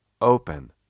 Open